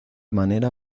manera